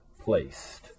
placed